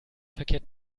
verkehrt